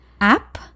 app